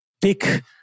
pick